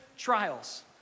trials